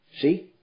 See